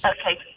Okay